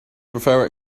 prefer